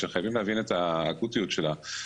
שחייבים להבין את האקוטיות שלה.